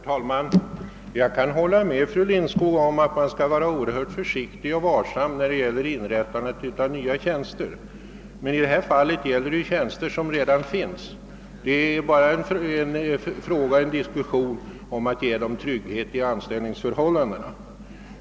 Herr talman! Jag kan hålla med fru Lindskog om att man skall vara oerhört försiktig och varsam när det gäller inrättandet av nya tjänster. Men i det här fallet gäller det tjänster som redan finns, och det är nu bara fråga om att skapa trygghet i anställningsförhållandena.